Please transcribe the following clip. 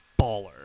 baller